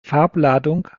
farbladung